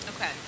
Okay